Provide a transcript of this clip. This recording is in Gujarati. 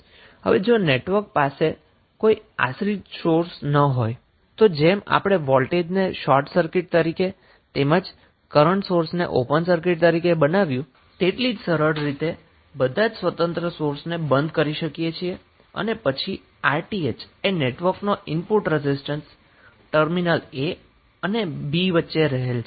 હવે જો નેટવર્ક પાસે જોઈ આશ્રિત સોર્સ ના હોય તો જેમ આપણે વોલ્ટેજ ને શોર્ટ સર્કિટ તરીકે તેમજ કરન્ટ સોર્સને ઓપન સર્કિટ તરીકે બનાવ્યું તેટલી જ સરળ રીતે બધા જ સ્વતતંત્ર સોર્સને બંધ કરી શકીએ છીએ અને પછી Rth એ નેટવર્કનો ઈનપુટ રેઝિસ્ટન્સએ ટર્મિનલ a અને b ની વચ્ચે રહેલ છે